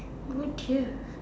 oh dear